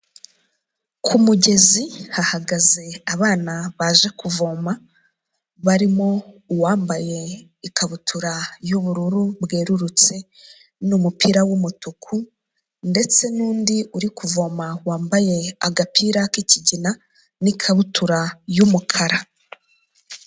Ku mugezi hahagaze abana baje kuvoma barimo uwambaye ikabutura y'ubururu bwerurutse n'umupira w'umutuku ndetse n'undi uri kuvoma wambaye agapira k'ikigina n'ikabutura y'umukara.